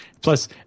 Plus